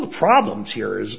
the problems here is